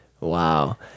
Wow